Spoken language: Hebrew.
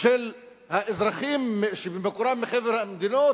של האזרחים שמקורם מחבר המדינות,